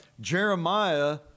Jeremiah